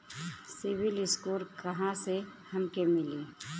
CIBIL score कहाँसे हमके मिली?